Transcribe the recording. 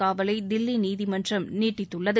காவலை தில்லி நீதிமன்றம் நீட்டித்துள்ளது